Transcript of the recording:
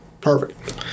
perfect